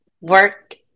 work